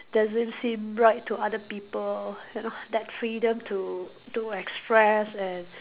doesn't seem right to other people you know that freedom to to express and